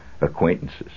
acquaintances